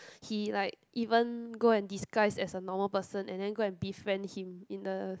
he like even go and disguise as a normal person and then go and befriend him in the